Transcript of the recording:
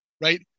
right